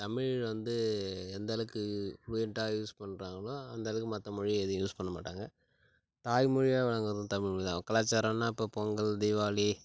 தமிழ் வந்து எந்த அளவுக்கு ஃப்ளுயன்ட்டா யூஸ் பண்ணுறாங்களோ அந்த அளவுக்கு மற்ற மொழி எதையும் யூஸ் பண்ண மாட்டாங்கள் தாய் மொழியாக வழங்குறது தமிழ்மொழிதான் கலாச்சாரம்னா இப்போ பொங்கல் தீபாவளி